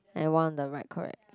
and one on the right correct